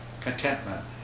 Contentment